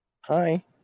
Hi